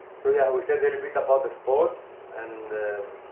so yeah, we said a little bit about the sports and